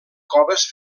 coves